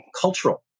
cultural